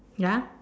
ya